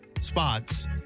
spots